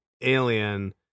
alien